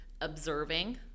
observing